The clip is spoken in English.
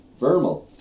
Vermal